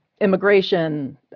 immigration